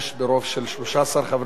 ללא מתנגדים וללא נמנעים.